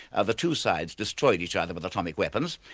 ah the two sides destroyed each other with atomic weapons,